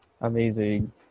amazing